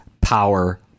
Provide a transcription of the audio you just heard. power